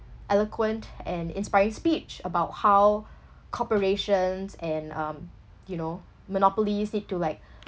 eloquent and inspiring speech about how corporations and um you know monopolies need to like